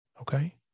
Okay